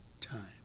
time